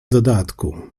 dodatku